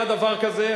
היה דבר כזה,